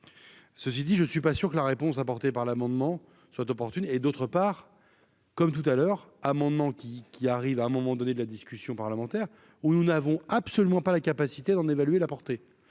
ceci dit, je suis pas sûr que la réponse apportée par l'amendement soit opportune et d'autre part, comme tout à l'heure, amendement qui qui arrive à un moment donné de la discussion parlementaire où nous n'avons absolument pas la capacité d'en évaluer la portée